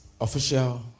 official